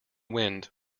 wind